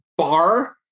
bar